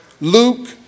Luke